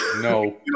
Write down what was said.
no